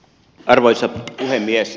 arvoisa puhemies